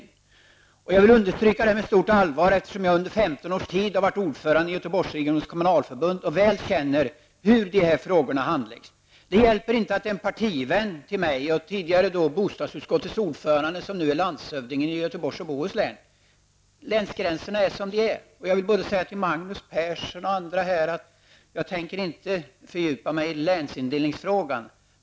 Jag vill understryka det med stort allvar eftersom jag i 15 års tid varit ordförande i Göteborgsregionens kommunalförbund och väl känner till hur frågorna handläggs. Det hjälper inte att det är en partivän till mig, tidigare bostadsutskottets ordförande, som nu är landshövding i Göteborgs och Bohus län. Länsgränserna är som de är. Jag vill säga till bl.a. Magnus Persson att jag inte tänker fördjupa mig i länsindelningsfrågan.